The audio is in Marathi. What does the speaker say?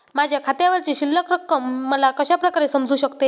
माझ्या खात्यावरची शिल्लक रक्कम मला कशा प्रकारे समजू शकते?